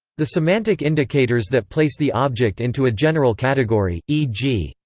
the semantic indicators that place the object into a general category, e g,